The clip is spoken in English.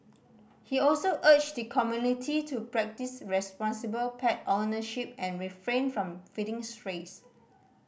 he also urged the community to practise responsible pet ownership and refrain from feeding strays